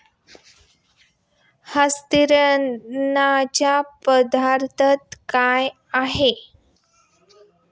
हस्तांतरणाच्या पद्धती काय आहेत?